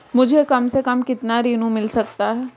मुझे कम से कम कितना ऋण मिल सकता है?